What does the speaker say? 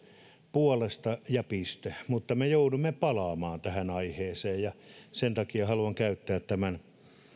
puolesta ja piste mutta me joudumme palaamaan tähän aiheeseen ja sen takia haluan käyttää tämän